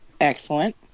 Excellent